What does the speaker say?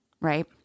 right